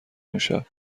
اونشب